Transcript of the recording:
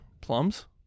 Plums